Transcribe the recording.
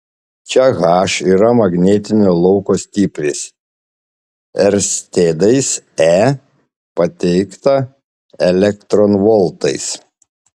čia h yra magnetinio lauko stipris erstedais e pateikta elektronvoltais